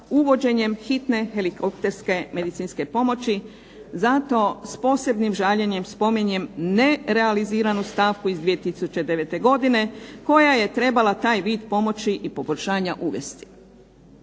uvođenjem hitne helikopterske medicinske pomoći. Zato s posebnim žaljenjem spominjem nerealiziranu stavku iz 2009. godine, koja je trebala taj vid pomoći i poboljšanja uvesti.